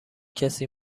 کسی